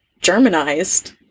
Germanized